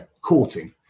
courting